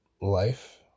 life